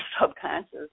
subconscious